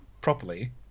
properly